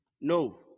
No